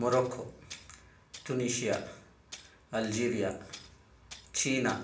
Morocco Tunisia Algeria China